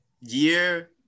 year